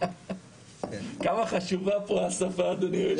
כמה חשובה פה השפה, אדוני היושב-ראש.